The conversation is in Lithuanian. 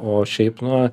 o šiaip nu